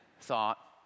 thought